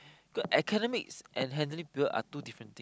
got academics and handling people are two different